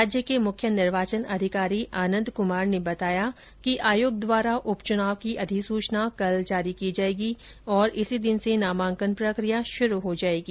राज्य के मुख्य निर्वाचन अधिकारी आनन्द क्मार ने बताया कि आयोग द्वारा उपचुनाव की अधिसूचना कल जारी की जायेगी और इसी दिन से नामांकन प्रक्रिया शुरू हो जायेगी